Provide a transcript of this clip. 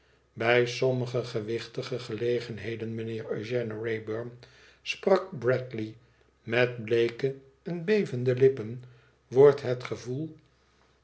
ibij sommige gewichtige gelegenheden mijnheer eugène wrayburn sprak bradley met bleeke en bevende lippen t wordt het gevoel